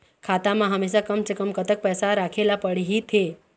खाता मा हमेशा कम से कम कतक पैसा राखेला पड़ही थे?